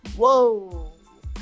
whoa